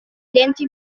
denti